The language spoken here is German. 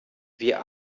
wir